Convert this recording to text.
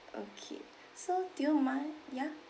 okay so do you mind ya